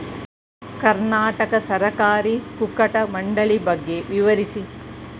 ಕರ್ನಾಟಕ ಸಹಕಾರಿ ಕುಕ್ಕಟ ಮಂಡಳಿ ಬಗ್ಗೆ ವಿವರಿಸಿ?